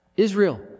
Israel